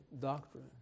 doctrine